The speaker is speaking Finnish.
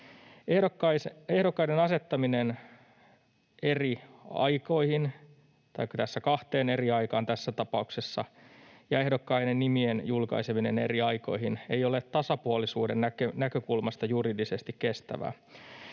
Ehdokkaiden asettaminen eri aikoihin — kahteen eri aikaan tässä tapauksessa — ja ehdokkaiden nimien julkaiseminen eri aikoihin eivät ole tasapuolisuuden näkökulmasta juridisesti kestäviä.